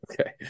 Okay